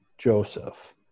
Joseph